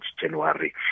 January